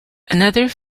another